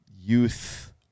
youth